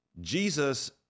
Jesus